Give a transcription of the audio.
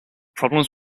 problems